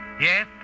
Yes